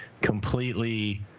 completely